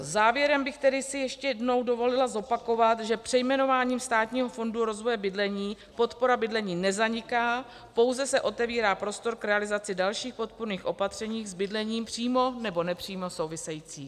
Závěrem bych si tedy ještě jednou dovolila zopakovat, že přejmenováním Státního fondu rozvoje bydlení podpora bydlení nezaniká, pouze se otevírá prostor k realizaci dalších podpůrných opatření s bydlením přímo nebo nepřímo souvisejících.